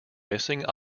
missing